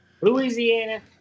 Louisiana